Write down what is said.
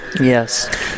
Yes